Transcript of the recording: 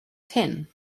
ten